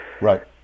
right